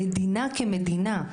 המדינה כמדינה,